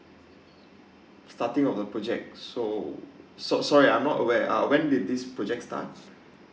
starting of the project so so sorry I'm not aware out when did this project start